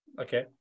Okay